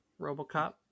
Robocop